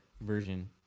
version